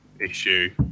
issue